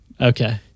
Okay